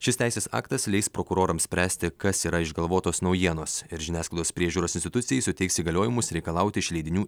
šis teisės aktas leis prokurorams spręsti kas yra išgalvotos naujienos ir žiniasklaidos priežiūros institucijai suteiks įgaliojimus reikalauti iš leidinių